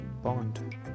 bond